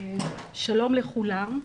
שלום לכולם.